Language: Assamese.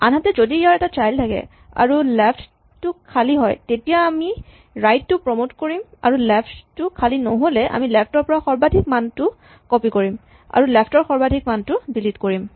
আনহাতে ইয়াৰ যদি এটা চাইল্ড থাকে আৰু যদি লেফ্ট টো খালী হয় তেতিয়া আমি ৰাইট টো প্ৰমট কৰিম আৰু লেফ্ট টো খালী নহ'লে আমি লেফ্ট ৰ পৰা সৰ্বাধিক মানটো কপি কৰিম আৰু লেফ্ট ৰ সৰ্বাধিক মানটো ডিলিট কৰিম